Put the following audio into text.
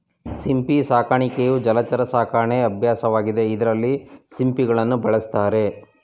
ಸಿಂಪಿ ಸಾಕಾಣಿಕೆಯು ಜಲಚರ ಸಾಕಣೆ ಅಭ್ಯಾಸವಾಗಿದೆ ಇದ್ರಲ್ಲಿ ಸಿಂಪಿಗಳನ್ನ ಬೆಳೆಸ್ತಾರೆ